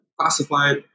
classified